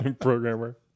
programmer